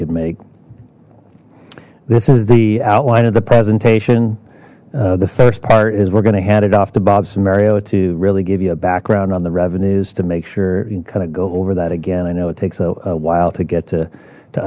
could make this is the outline of the presentation the first part is we're going to hand it off to bob scenario to really give you a background on the revenues to make sure and kind of go over that again i know it takes a while to get to to